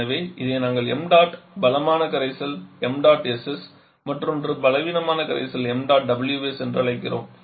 எனவே இதை நாங்கள் ṁ பலமான கரைசல் ṁss மற்றொன்று பலவீனமான கரைசல் ṁws என்று அழைக்கிறோம்